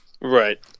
Right